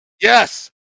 Yes